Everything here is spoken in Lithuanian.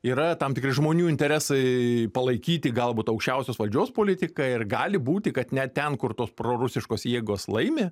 yra tam tikri žmonių interesai palaikyti galbūt aukščiausios valdžios politiką ir gali būti kad net ten kur tos prorusiškos jėgos laimi